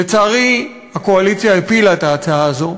לצערי, הקואליציה הפילה את ההצעה הזאת.